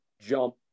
jump